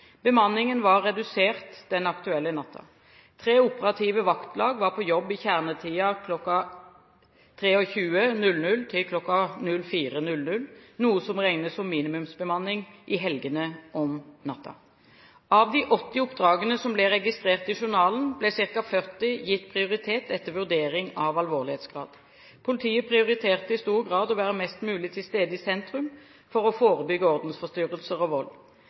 Bemanningen var redusert den aktuelle natten. Tre operative vaktlag var på jobb i kjernetiden fra kl. 23 til kl. 04, noe som regnes som minimumsbemanning i helgene om natten. Av de 80 oppdragene som ble registrert i journalen, ble ca. 40 gitt prioritet etter vurdering av alvorlighetsgrad. Politiet prioriterte i stor grad å være mest mulig til stede i sentrum for å forebygge ordensforstyrrelser og vold.